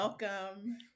Welcome